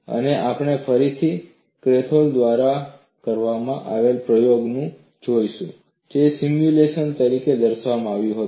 અને આપણે ફરીથી કાલ્થોફ દ્વારા કરવામાં આવેલા પ્રયોગને જોઈશું જે સિમ્યુલેશન તરીકે દર્શાવવામાં આવ્યું હતું